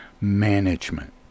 management